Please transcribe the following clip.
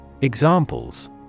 Examples